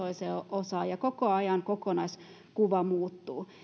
osaa niin se vaikuttaa taas toiseen osaan ja koko ajan kokonaiskuva muuttuu